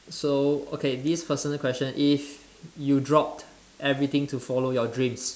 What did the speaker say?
so okay this personal question if you dropped everything to follow your dreams